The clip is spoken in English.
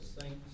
saints